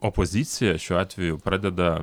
opozicija šiuo atveju pradeda